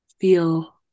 feel